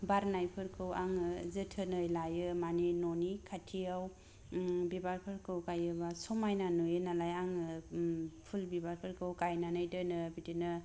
बारनायफोरखौ आङो जोथोनै लायो माने ननि खाथियाव ओम बिबारफोरखौ गायोबा समायना नुयो नालाय आङो ओम फुल बिबारफोरखौ गायनानै दोनो बिदिनो